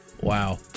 Wow